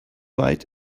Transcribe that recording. weit